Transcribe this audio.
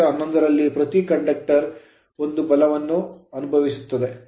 ಚಿತ್ರ 11 ರಲ್ಲಿ ಪ್ರತಿ conductor ವಾಹಕವು ಒಂದು ಬಲವನ್ನು ಅನುಭವಿಸುತ್ತದೆ